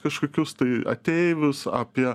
kažkokius tai ateivius apie